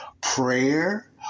prayer